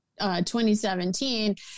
2017